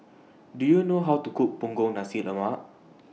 Do YOU know How to Cook Punggol Nasi Lemak